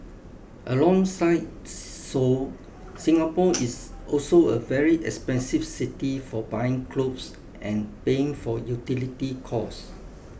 alongside Seoul Singapore is also a very expensive city for buying clothes and paying for utility costs